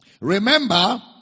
Remember